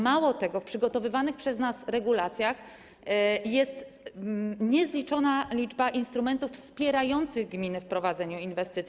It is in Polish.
Mało tego, w przygotowywanych przez nas regulacjach jest niezliczona liczba instrumentów wspierających gminy w prowadzeniu inwestycji.